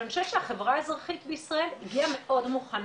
עכשיו אני חושבת שהחברה האזרחית בישראל הגיעה מאוד מוכנה,